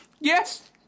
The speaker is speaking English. Yes